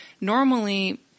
normally